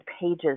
pages